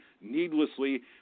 needlessly